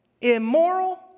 immoral